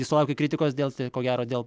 ji sulaukė kritikos dėl dėl ko gero dėl